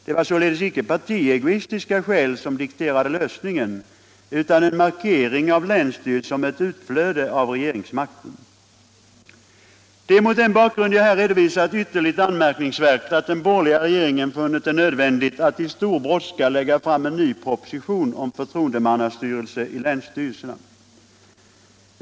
Det var således icke partiegoistiska skäl som dikterade lösningen, utan det var en markering av länsstyrelsen som utflöde av regeringsmakten. Det är mot den bakgrund jag här redovisat ytterligt anmärkningsvärt att den borgerliga regeringen funnit det nödvändigt att i stor brådska lägga fram en ny proposition om förtroendemannastyrelsen i länsstyrelserna.